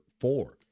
four